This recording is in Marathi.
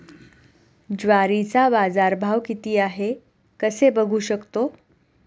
ज्वारीचा बाजारभाव किती आहे कसे बघू शकतो?